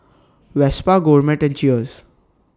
Vespa Gourmet and Cheers